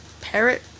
parrot